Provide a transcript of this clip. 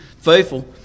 faithful